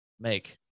make